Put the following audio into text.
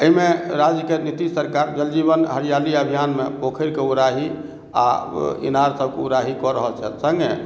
एहिमे राज्य के नीतीश सरकार जल जीवन हरियाली अभियान मे पोखरि के ओराही आ इनारसब के ओराही कऽ रहल छथि संगे